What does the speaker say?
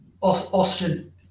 Austin